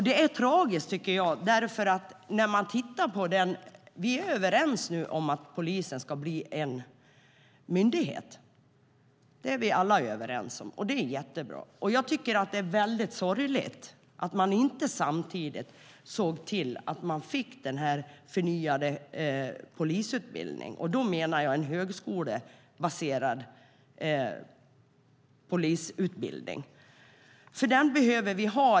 Den här utredningen fyller fem år i vår, och vi är överens om att polisen ska bli en myndighet. Det är vi alla överens om. Det är jättebra. Jag tycker att det är väldigt sorgligt att man inte samtidigt såg till att vi fick den förnyade polisutbildningen, och då menar jag en högskolebaserad polisutbildning. Den behöver vi ha.